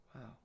wow